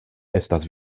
estas